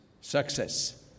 success